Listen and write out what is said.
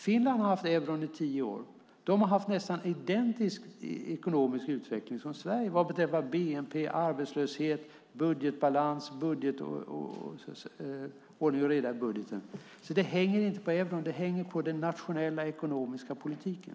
Finland har haft euron i tio år, och de har haft nästan identisk ekonomisk utveckling som Sverige vad beträffar bnp, arbetslöshet, budgetbalans och ordning och reda i budgeten. Det hänger alltså inte på euron, utan det hänger på den nationella ekonomiska politiken.